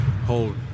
hold